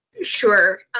Sure